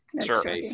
Sure